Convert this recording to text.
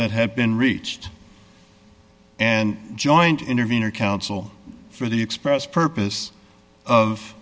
that had been reached and joint intervenor council for the express purpose of